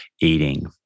eating